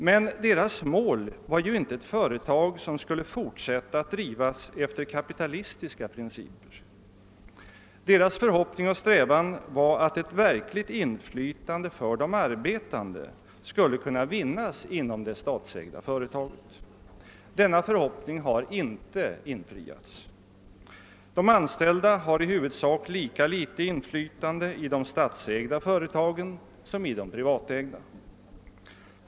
Men deras mål var inte ett företag som skulle fortsätta att drivas efter kapitalistiska principer; deras förhoppning och strävan var att ett verkligt inflytande för de arbetande skulle kunna vinnas inom det statsägda företaget. Denna förhoppning har inte infriats. De anställda har i huvudsak lika litet inflytande i de statsägda som i de pri vatägda företagen.